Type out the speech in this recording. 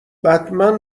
بتمن